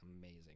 amazing